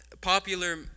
popular